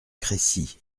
crécy